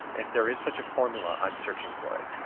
if there is such a formula i'm searching for it.